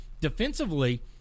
defensively